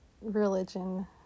religion